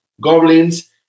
Goblins